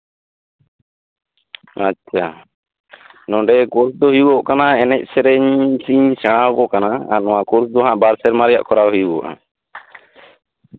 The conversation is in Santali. ᱟᱪᱪᱷᱟ ᱱᱚᱰᱮ ᱠᱳᱨᱥ ᱫᱚ ᱦᱩᱭᱩᱜ ᱠᱟᱱᱟ ᱮᱱᱮᱡ ᱥᱮᱨᱮᱧ ᱤᱧ ᱥᱮᱬᱟ ᱟᱠᱚ ᱠᱟᱱᱟ ᱠᱳᱨᱥ ᱫᱚ ᱦᱟᱜ ᱵᱟᱨ ᱥᱮᱨᱢᱟ ᱨᱮᱱᱟᱜ ᱠᱚᱨᱟᱣ ᱦᱩᱭᱩᱜᱼᱟ